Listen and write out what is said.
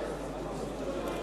בהצבעה